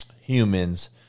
humans